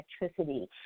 electricity